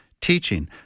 teaching